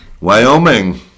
Wyoming